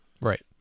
Right